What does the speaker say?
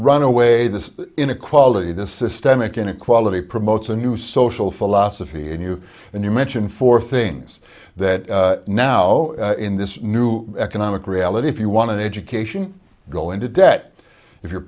runaway this inequality the systemic inequality promotes a new social philosophy in you and you mention four things that now in this new economic reality if you want an education go into debt if you're